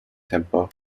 temper